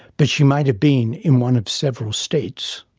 but she might have been in one of several states.